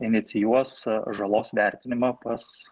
inicijuos žalos vertinimą pas